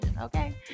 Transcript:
okay